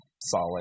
solid